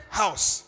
house